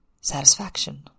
satisfaction